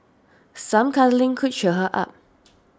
some cuddling could cheer her up